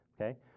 Okay